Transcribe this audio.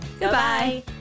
Goodbye